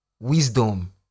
wisdom